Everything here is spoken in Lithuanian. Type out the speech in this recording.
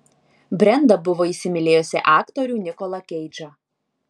brenda buvo įsimylėjusi aktorių nikolą keidžą